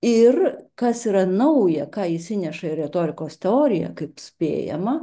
ir kas yra nauja ką jis nįeša į retorikos teorija kaip spėjama